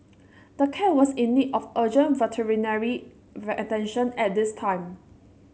the cat was in need of urgent veterinary attention at this time